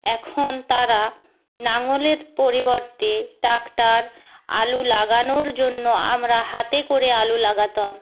এখন তারা লাঙল পরিবর্তে ট্রাক্টর আলু লাগানোর জন্য আমরা হাতে করে আলু লাগাতাম